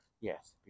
Yes